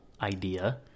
idea